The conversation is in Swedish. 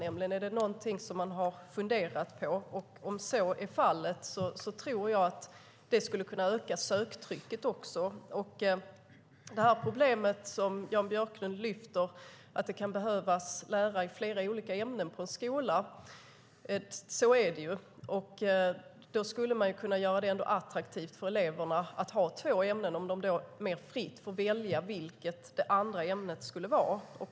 Är det något som man har funderat på? Om så är fallet tror jag att det också skulle kunna öka söktrycket. Jan Björklund tar upp att det kan behövas lärare i flera olika ämnen på en skola. Så är det ju. Då skulle man kunna göra det attraktivt för eleverna på lärarutbildningarna att ha två ämnen om de mer fritt får välja vilket det andra ämnet ska vara.